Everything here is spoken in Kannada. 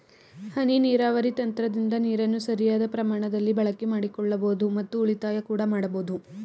ಹನಿ ನೀರಾವರಿ ತಂತ್ರದಿಂದ ನೀರನ್ನು ಸರಿಯಾದ ಪ್ರಮಾಣದಲ್ಲಿ ಬಳಕೆ ಮಾಡಿಕೊಳ್ಳಬೋದು ಮತ್ತು ಉಳಿತಾಯ ಕೂಡ ಮಾಡಬೋದು